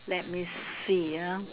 let me see ah